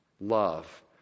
love